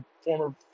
former